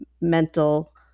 mental